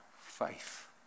faith